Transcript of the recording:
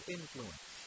Influence